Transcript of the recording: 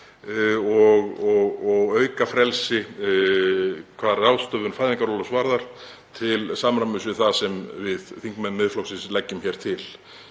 og auka frelsi hvað ráðstöfun fæðingarorlofs varðar til samræmis við það sem við þingmenn Miðflokksins leggjum hér til.